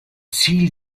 ziel